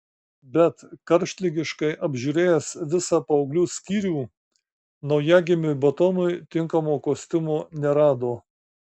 bet karštligiškai apžiūrėjęs visą paauglių skyrių naujagimiui batonui tinkamo kostiumo nerado